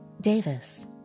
Davis